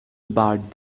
barred